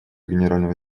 генерального